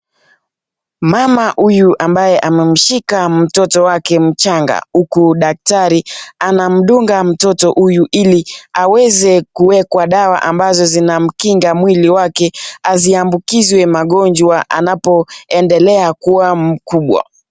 Mama huyu ambaye amemshika mtoto wake mchanga ,huku daktari anamdunga mtoto huyu ili aweze kuekwa dawa ambazo zinamkinga mwili wake asiambukizwe magonjwa anapo endelea kuwa mkubwa.